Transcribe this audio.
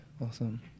awesome